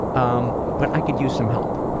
um but i could use some help.